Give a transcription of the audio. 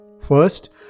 First